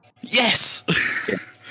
yes